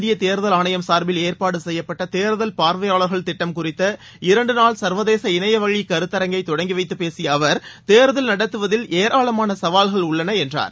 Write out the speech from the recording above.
இந்தியதேர்தல் ஆணையம் சார்பில் ஏற்பாடுசெய்யப்பட்டதேர்தல் பார்வையாளர்கள் திட்டம் குறித்த இரண்டுநாள் சள்வதேச இணையவழிகருத்தரங்கை தொடங்கிவைத்தபேசியஅவர் தேர்தல் நடத்துவதில் ஏராளமானசவால்கள் உள்ளனஎன்றார்